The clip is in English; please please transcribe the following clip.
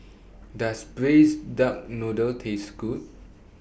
Does Braised Duck Noodle Taste Good